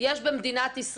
כולנו מדברים על מזומנים,